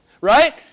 right